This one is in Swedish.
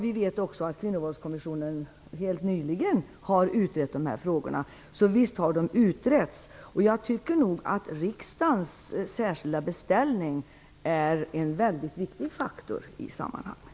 Vi vet också att Kvinnovåldskommissionen helt nyligen har utrett dessa frågor. Så visst har de utretts. Jag tycker nog att riksdagens särskilda beställning är en mycket viktig faktor i sammanhanget.